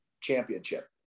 championship